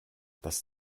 das